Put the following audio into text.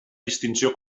distinció